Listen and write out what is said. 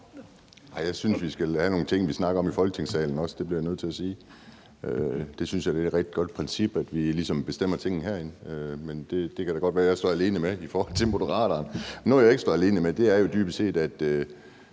Jeg synes, vi skal have nogle ting, vi også snakker om i Folketingssalen; det bliver jeg nødt til at sige. Jeg synes, det er et rigtig godt princip, at vi ligesom bestemmer tingene herinde, men det kan da godt være, at jeg står alene med det i forhold til Moderaterne. Noget, jeg ikke står alene med, er jo dybest set,